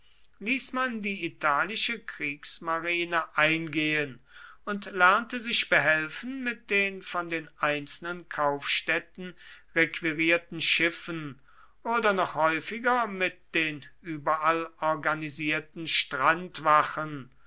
ließ man die italische kriegsmarine eingehen und lernte sich behelfen mit den von den einzelnen kaufstädten requirierten schiffen oder noch häufiger mit den überall organisierten